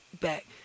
back